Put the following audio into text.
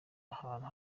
ahantu